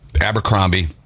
abercrombie